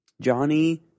Johnny